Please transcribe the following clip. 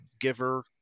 giver